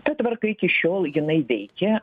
ta tvarka iki šiol jinai veikia